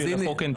כשלחוק אין פ'?